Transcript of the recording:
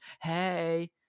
Hey